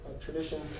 Tradition